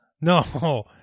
No